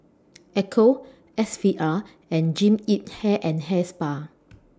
Ecco S V R and Jean Yip Hair and Hair Spa